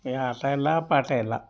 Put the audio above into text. ಈಗ ಆಟ ಇಲ್ಲ ಪಾಠ ಇಲ್ಲ